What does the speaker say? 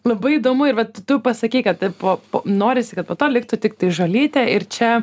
labai įdomu ir vat tu pasakei kad po po norisi kad po to liktų tiktai žolytė ir čia